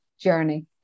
journey